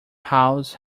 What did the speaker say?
house